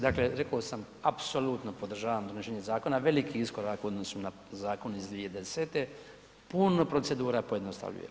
Dakle, rekao sam, apsolutno podržavam donošenje zakona, veliki iskorak u odnosu na zakon iz 2010., puno procedura pojednostavljuje.